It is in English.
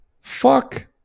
Fuck